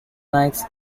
nights